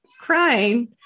crying